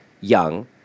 young